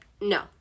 No